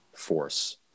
force